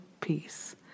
peace